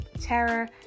terror